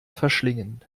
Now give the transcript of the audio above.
verschlingen